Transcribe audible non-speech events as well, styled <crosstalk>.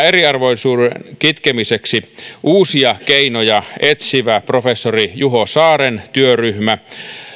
<unintelligible> eriarvoisuuden kitkemiseksi uusia keinoja etsivä professori juho saaren työryhmä